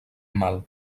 mal